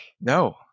No